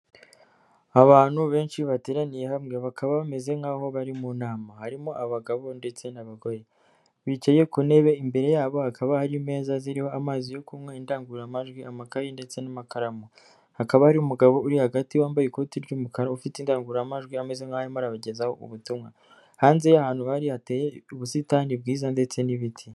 Abantu benshi bateraniye hamwe, bakaba bameze nk'aho bari mu nama, harimo abagabo ndetse n'abagore, bicaye ku ntebe imbere yabo hakaba hari imeza ziriho amazi yo kunywa, indangururamajwi, amakaye, ndetse n'amakaramu, hakaba hari umugabo uri hagati wambaye ikoti ry'umukara, ufite indangururamajwi ameze nk'aho arimo arabagezaho ubutumwa, hanze y'ahantu bari hateye ubusitani bwiza ndetse n'ibiti.